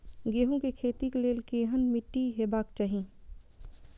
गेहूं के खेतीक लेल केहन मीट्टी हेबाक चाही?